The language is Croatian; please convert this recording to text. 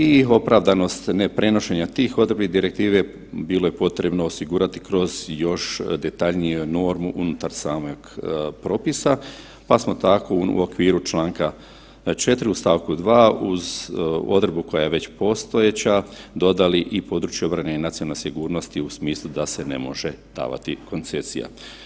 I opravdanost ne prenošenja tih odredbi direktive bilo je potrebno osigurati kroz još detaljniju normu unutar samog propisa, pa smo tako u okviru čl. 4. st. 2. uz odredbu koja je već postojeća dodali i područje obrane i nacionalne sigurnosti u smislu da se ne može davati koncesija.